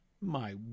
My